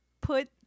put